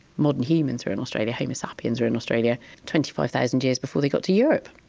modern humans were in australia, homo sapiens were in australia twenty five thousand years before they got to europe.